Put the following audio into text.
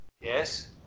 yes